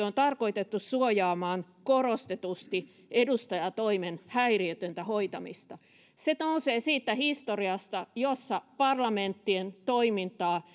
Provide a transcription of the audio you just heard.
on tarkoitettu suojaamaan korostetusti edustajantoimen häiriötöntä hoitamista se nousee siitä historiasta jossa parlamenttien toimintaa